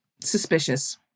suspicious